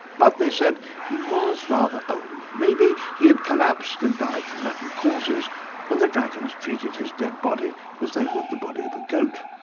but, they said, he was rather old. maybe he had collapsed and died from natural causes and the dragons treated his dead body as they would the body of a goat.